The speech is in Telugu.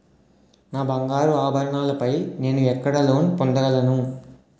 నా బంగారు ఆభరణాలపై నేను ఎక్కడ లోన్ పొందగలను?